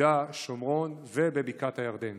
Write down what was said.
ביהודה ושומרון ובבקעת הירדן,